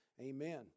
Amen